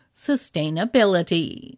sustainability